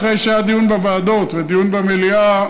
אחרי שהיה דיון בוועדות ודיון במליאה,